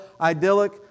idyllic